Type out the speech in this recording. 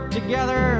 together